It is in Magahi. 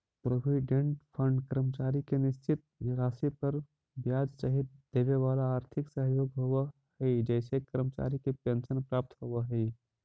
प्रोविडेंट फंड कर्मचारी के निश्चित राशि पर ब्याज सहित देवेवाला आर्थिक सहयोग होव हई जेसे कर्मचारी के पेंशन प्राप्त होव हई